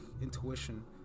intuition